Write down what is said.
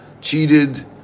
cheated